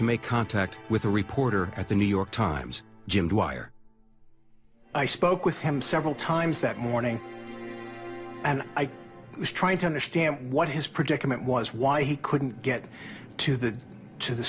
to make contact with a reporter at the new york times jim dwyer i spoke with him several times that morning and i was trying to understand what his predicament was why he couldn't get to the to the